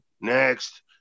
Next